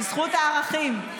בזכות הערכים,